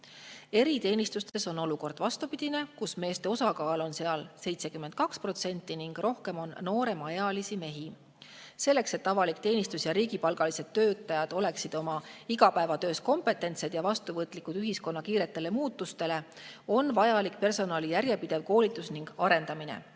Eriteenistustes on olukord vastupidine, seal on meeste osakaal 72% ning rohkem on nooremaid mehi. Selleks, et avalik teenistus ja riigipalgalised töötajad oleksid oma igapäevatöös kompetentsed ja vastuvõtlikud ühiskonna kiirele muutumisele, on vaja personali järjepidevalt koolitada ning arendada.